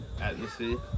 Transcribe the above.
Atmosphere